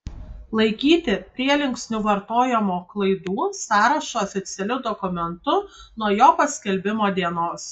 laikyti prielinksnių vartojimo klaidų sąrašą oficialiu dokumentu nuo jo paskelbimo dienos